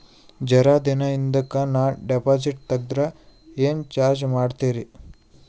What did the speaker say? ಜರ ದಿನ ಹಿಂದಕ ನಾ ಡಿಪಾಜಿಟ್ ತಗದ್ರ ಏನ ಚಾರ್ಜ ಮಾಡ್ತೀರಿ?